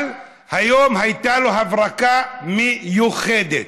אבל היום הייתה לו הברקה מיוחדת.